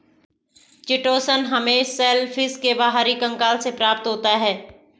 chitosan हमें shellfish के बाहरी कंकाल से प्राप्त होता है